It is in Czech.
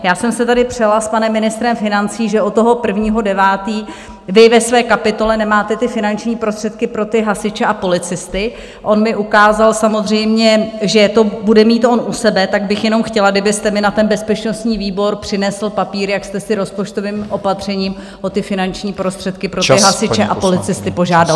Já jsem se tady přela s panem ministrem financí, že od toho 1. 9. ve své kapitole nemáte finanční prostředky pro hasiče a policisty, on mi ukázal samozřejmě, že to bude mít on u sebe, tak bych jenom chtěla, kdybyste mi na ten bezpečnostní výbor přinesl papír, jak jste si rozpočtovým opatřením o finanční prostředky pro hasiče a policisty požádal.